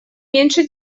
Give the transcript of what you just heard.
меньше